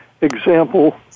example